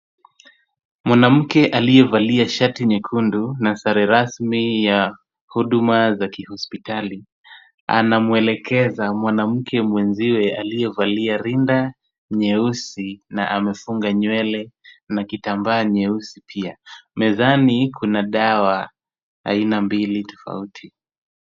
Mwanamke aliyevalia shati nyekundu na sare rasmi ya huduma za kihospitali, anamwelekeza mwanamke mwenziwe aliyevalia rinda nyeusi na amefunga nywele na kitambaa nyeusi pia. Mezani kuna dawa aina mbili tofauti.